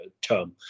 term